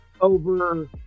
over